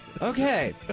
Okay